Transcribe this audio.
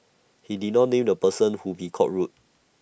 he did not name the person whom he called rude